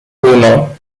uno